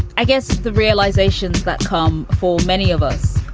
i guess, the realization that come for many of us